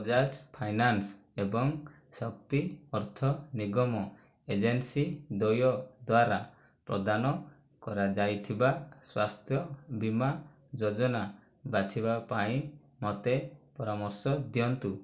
Bajaj finance ଏବଂ Shakti Artha Nigam agency ଦ୍ୱୟ ଦ୍ଵାରା ପ୍ରଦାନ କରାଯାଇଥିବା ସ୍ୱାସ୍ଥ୍ୟ ବୀମା ଯୋଜନା ବାଛିବା ପାଇଁ ମୋତେ ପରାମର୍ଶ ଦିଅନ୍ତୁ